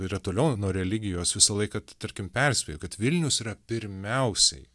yra toliau nuo religijos visą laiką tarkim perspėju kad vilnius yra pirmiausiai